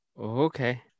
Okay